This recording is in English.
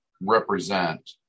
represent